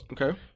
Okay